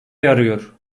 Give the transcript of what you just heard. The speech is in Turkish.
yarıyor